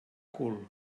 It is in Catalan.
cul